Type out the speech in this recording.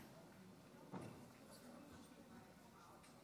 אני רוצה שכל מי שמאזין לזה ושומע את הדברים